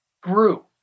grew